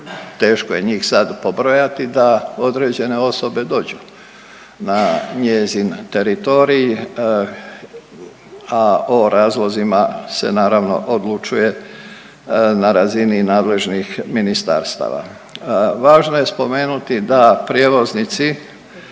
teško je njih sad pobrojati da određene osobe dođu na njezin teritorij, a o razlozima se naravno odlučuje na razini nadležnih ministarstva. Važno je spomenuti da prijevoznici